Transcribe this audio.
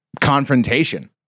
confrontation